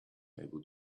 able